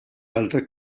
altre